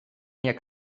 jak